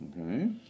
Okay